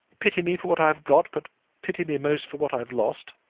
pity me for what i have got, but pity me most for what i have lost.